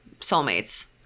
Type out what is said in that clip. soulmates